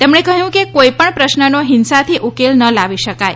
તેમણે કહ્યું કે કોઇપણ પશ્નનો હ્યાંસાથી ઉકેલ ન લાવી શકાય